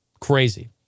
Crazy